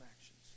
actions